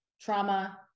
trauma